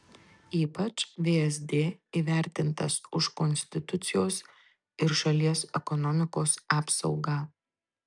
ypač vsd įvertintas už konstitucijos ir šalies ekonomikos apsaugą